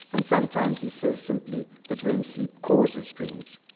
and sometimes he says simply that rem sleep causes dreams.